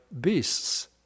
beasts